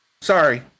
sorry